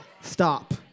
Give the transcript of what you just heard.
Stop